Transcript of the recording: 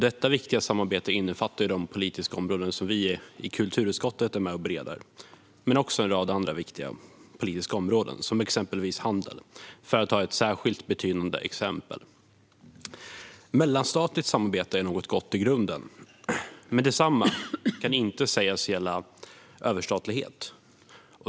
Detta viktiga samarbete innefattar de politiska områden som kulturutskottet är med och bereder men också en rad andra viktiga politiska områden såsom handel, ett särskilt betydande exempel. Mellanstatligt samarbete är något gott i grunden, men detsamma kan inte sägas gälla överstatlighet.